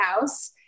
house